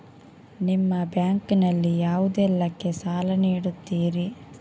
ನಿಮ್ಮ ಬ್ಯಾಂಕ್ ನಲ್ಲಿ ಯಾವುದೇಲ್ಲಕ್ಕೆ ಸಾಲ ನೀಡುತ್ತಿರಿ?